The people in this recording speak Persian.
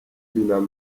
دونم